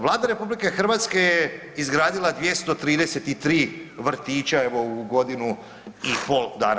Vlada RH je izgradila 233 vrtića evo, u godinu i pol dana.